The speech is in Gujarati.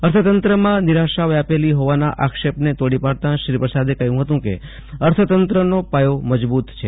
અર્થતંત્રમાં નિરાશા વ્યાપેલી ફોવાના આક્ષેપ નને તોડી પાડતા શ્રી પ્રસાદે કહ્યું હતું કે અર્થતંત્રનો પાયો મજબુત છે